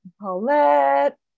Paulette